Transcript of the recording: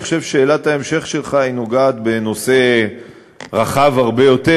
אני חושב ששאלת ההמשך שלך נוגעת בנושא רחב הרבה יותר,